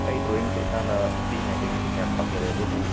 ꯑꯩ ꯗ꯭ꯔꯣꯋꯤꯡꯁꯦ ꯏꯁꯥꯅ ꯄꯤꯛꯏꯉꯩꯗꯒꯤ ꯌꯥꯝꯅ ꯄꯥꯝꯖꯔꯛꯑꯦ ꯑꯗꯨꯕꯨ